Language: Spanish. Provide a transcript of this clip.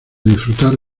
disfrutar